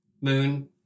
moon